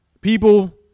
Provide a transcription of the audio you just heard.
People